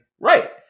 right